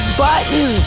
button